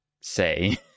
say